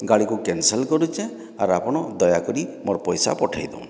ଗାଡ଼ିକୁ କ୍ୟାନ୍ସେଲ୍ କରୁଛେଁ ଆର୍ ଆପଣ ଦୟାକରି ମୋର୍ ପଇସା ପଠେଇ ଦଉନ୍